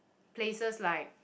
places like